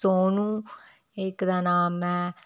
सोनू इक दा नाम ऐ